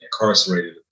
incarcerated